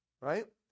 Right